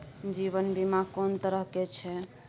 जीवन बीमा कोन तरह के छै?